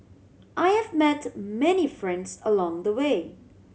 I have met many friends along the way